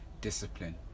discipline